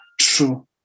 true